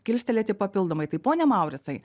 kilstelėti papildomai tai pone mauricai